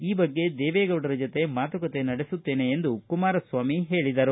ಈ ಬಗ್ಗೆ ದೇವೇಗೌಡರ ಜತೆ ಮಾತುಕತೆ ನಡೆಸುತ್ತೇನೆ ಎಂದು ಕುಮಾರಸ್ವಾಮಿ ಹೇಳಿದರು